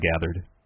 gathered